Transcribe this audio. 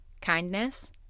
kindness